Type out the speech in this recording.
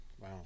Wow